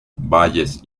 valles